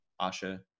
Asha